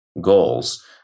goals